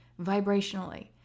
vibrationally